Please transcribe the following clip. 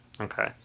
Okay